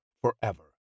forever